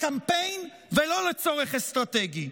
לקמפיין ולא לצורך אסטרטגי.